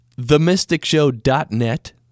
TheMysticShow.net